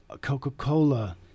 Coca-Cola